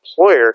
employer